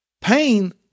pain